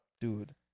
Dude